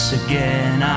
again